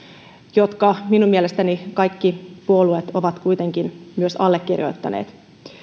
jotka minun mielestäni kaikki puolueet ovat kuitenkin myös allekirjoittaneet